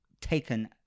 taken